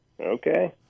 Okay